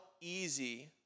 easy